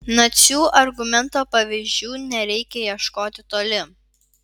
nacių argumento pavyzdžių nereikia ieškoti toli